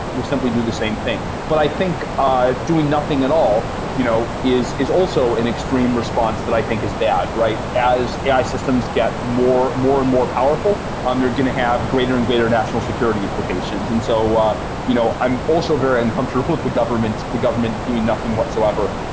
will simply do the same thing. but i think doing nothing at all you know is is also an extreme response that i think is bad, right? as ai systems get more more and more powerful, um they're going to have greater and greater national security implications and so ah you know i'm also very uncomfortable the government the government doing nothing whatsoever.